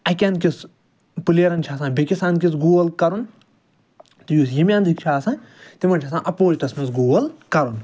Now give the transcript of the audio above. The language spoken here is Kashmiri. اَکہِ انٛدکِس پٕلیرن چھُ آسان بیٚیہِ انٛدکِس گول کَرُن تہٕ یُس ییٚمہِ انٛدٕکۍ چھِ آسان تِمن چھُ آسان اَپوٚزٹَس منٛز گول کَرُن